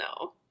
no